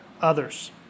others